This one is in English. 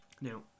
Now